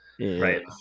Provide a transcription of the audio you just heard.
Right